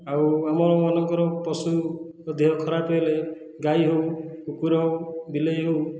ଆଉ ଆମମାନଙ୍କର ପଶୁଙ୍କ ଦେହ ଖରାପ ହେଲେ ଗାଈ ହେଉ କୁକୁର ବିଲେଇ ହେଉ